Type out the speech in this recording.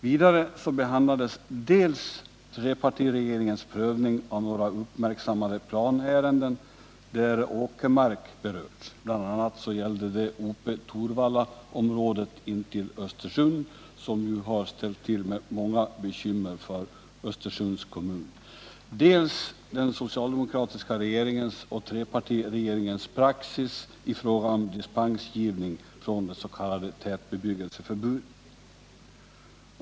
Vidare behandlades dels trepartiregeringens prövning av några uppmärksammade planärenden där åkermark berörts — Ope-Torvallaområdet intill Östersund, som nu har ställt till med många bekymmer för Östersunds kommun —, dels den socialdemokratiska regeringens och trepartiregeringens praxis i fråga om dispensgivning från det s.k. tätbebyggelseförbudet.